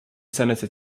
senator